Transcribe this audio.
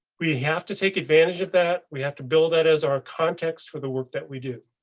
we have to take advantage of that. we have to build that as our context for the work that we do.